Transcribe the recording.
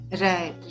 right